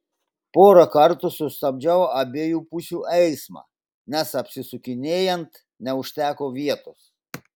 porą kartų sustabdžiau abiejų pusių eismą nes apsisukinėjant neužteko vietos